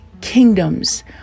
kingdoms